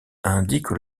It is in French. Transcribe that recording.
indiquent